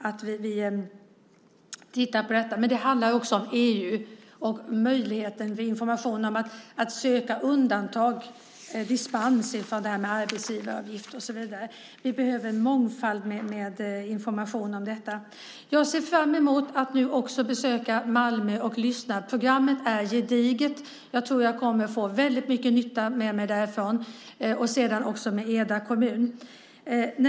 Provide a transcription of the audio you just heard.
Låt oss titta på detta. Men det handlar ju också om EU och möjligheten till information, om att söka undantag, dispens för det här med arbetsgivaravgift och så vidare. Vi behöver en mångfald med information om detta. Jag ser fram emot att nu också besöka Malmö och lyssna. Programmet är gediget. Jag tror att jag kommer att få väldigt mycket nyttigt med mig därifrån. Sedan har jag också detta med Eda kommun.